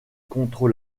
contre